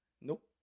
Nope